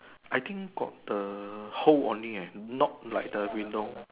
I think got the hole only leh not like the window